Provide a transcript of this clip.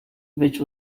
which